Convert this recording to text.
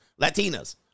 Latinas